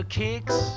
kicks